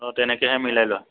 অঁ তেনেকৈহে মিলাই লোৱা